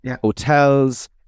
hotels